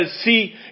see